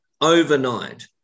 overnight